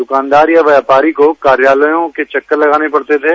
दुकानदार या व्यापारी को कार्यालयों के चक्कर लगाने पड़ते थे